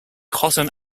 cotton